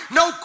no